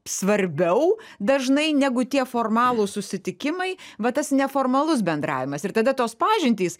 svarbiau dažnai negu tie formalūs susitikimai va tas neformalus bendravimas ir tada tos pažintys